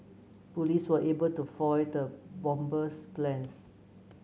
police were able to foil the bomber's plans